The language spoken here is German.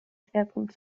schwerpunkt